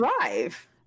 drive